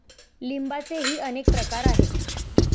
लिंबाचेही अनेक प्रकार आहेत